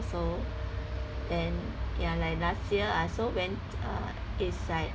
also then ya like last year I also went uh it's like